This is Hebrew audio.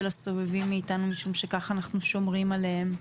הסובבים אותנו משום שכך אנחנו שומרים עליהם.